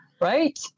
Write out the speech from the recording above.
Right